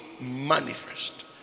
manifest